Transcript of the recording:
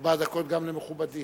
ארבע דקות גם למכובדי.